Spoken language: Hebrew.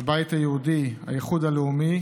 הבית היהודי, האיחוד הלאומי,